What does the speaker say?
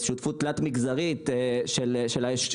הוא יביא